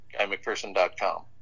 guymcpherson.com